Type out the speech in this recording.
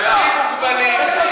האנשים מוגבלים,